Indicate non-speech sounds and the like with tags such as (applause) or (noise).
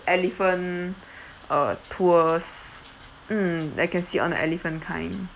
elephant (breath) uh tours mm that can sit on the elephant kind